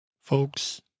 folks